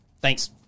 Thanks